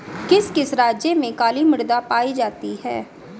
किस किस राज्य में काली मृदा पाई जाती है?